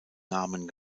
namen